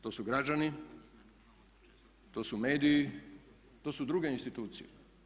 To su građani, to su mediji, to su druge institucije.